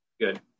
good